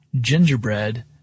gingerbread